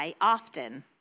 often